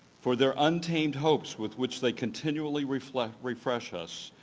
for their untamed hopes with which they continually refresh refresh us,